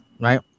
Right